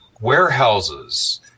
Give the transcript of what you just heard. warehouses